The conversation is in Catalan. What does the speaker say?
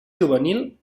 juvenil